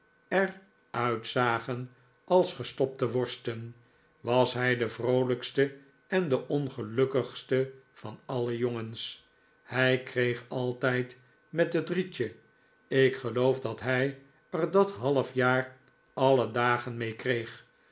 er uitzagen als gestopte worsten was hij de vroolijkste en de ongelukkigste van alle jongens hij kreeg altijd met het rietje ik geloof dat hij er dat halfjaar alle dagen